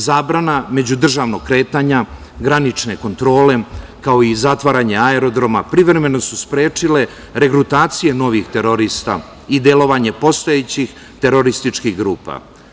Zabrana međudržavnog kretanja, granične kontrole, kao i zatvaranje aerodroma privremeno su sprečile regrutacije novih terorista i delovanje postojećih terorističkih grupa.